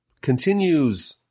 Continues